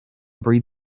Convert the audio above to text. breed